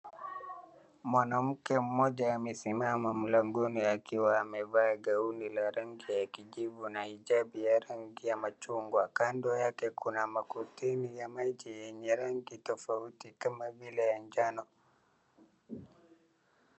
Mwanamke mmoja amesimama mlangoni akiwa amevaa gauni la rangi ya kijivu na hijab ya rangi ya machungwa. Kando yake kuna makonteni ya maji ya rangi tofauti kama vile ya njano.